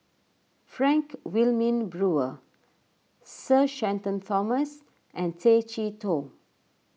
Frank Wilmin Brewer Sir Shenton Thomas and Tay Chee Toh